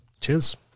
Cheers